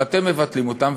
שאתם מבטלים אותם,